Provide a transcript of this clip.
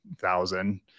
thousand